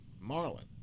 Marlin